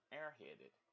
airheaded